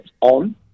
on